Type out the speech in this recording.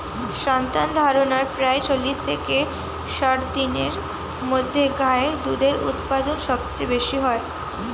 সন্তানধারণের প্রায় চল্লিশ থেকে ষাট দিনের মধ্যে গাই এর দুধের উৎপাদন সবচেয়ে বেশী হয়